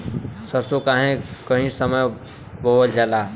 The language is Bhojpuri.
सरसो काहे एही समय बोवल जाला?